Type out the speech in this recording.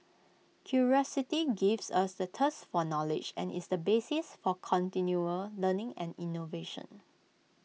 curiosity gives us the thirst for knowledge and is the basis for continual learning and innovation